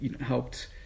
helped